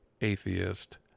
atheist